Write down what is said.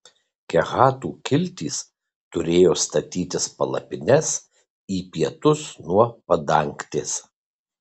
kehatų kiltys turėjo statytis palapines į pietus nuo padangtės